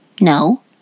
No